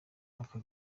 aka